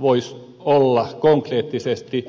voisi olla konkreettisesti